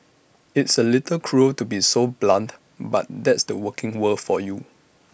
it's A little cruel to be so blunt but that's the working world for you